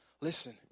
listen